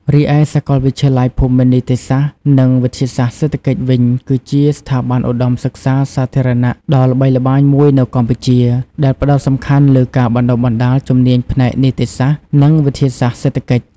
រីឯសាកលវិទ្យាល័យភូមិន្ទនីតិសាស្ត្រ និងវិទ្យាសាស្ត្រសេដ្ឋកិច្ចវិញ គឺជាស្ថាប័នឧត្តមសិក្សាសាធារណៈដ៏ល្បីល្បាញមួយនៅកម្ពុជា ដែលផ្តោតសំខាន់លើការបណ្តុះបណ្តាលជំនាញផ្នែក នីតិសាស្ត្រ និង វិទ្យាសាស្ត្រសេដ្ឋកិច្ច។